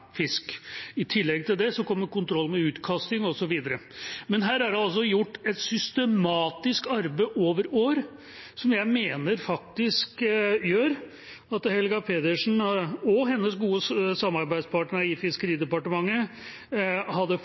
fisk. I tillegg til det kommer kontroll med utkasting osv. Her er det altså gjort et systematisk arbeid over år, som jeg mener faktisk gjør at Helga Pedersen og hennes gode samarbeidspartnere i Fiskeridepartementet hadde